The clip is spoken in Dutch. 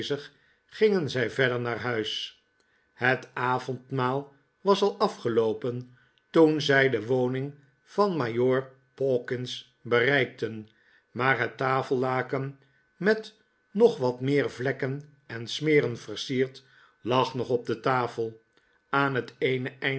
gingen zij verder naar huis het avondmaal was al afgeloopen toen zij de woning van majoor pawkins bereikten maar het tafellaken met nog wat meer vlekken en smeren versierd lag nog op de tafel aan het eene